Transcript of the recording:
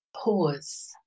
Pause